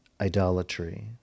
idolatry